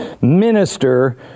minister